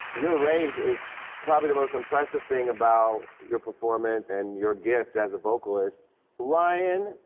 your range is probably the most impressive thing about your performance and your gift as a vocalist ryan,